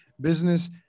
business